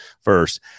first